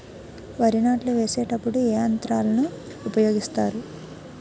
వరి నాట్లు వేసేటప్పుడు ఏ యంత్రాలను ఉపయోగిస్తారు?